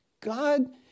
God